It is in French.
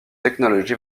technology